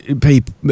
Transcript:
people